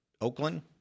Oakland